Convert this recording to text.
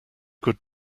good